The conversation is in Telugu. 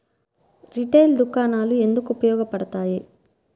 రిటైల్ దుకాణాలు ఎందుకు ఉపయోగ పడతాయి?